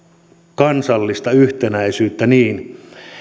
kansallista yhtenäisyyttä niin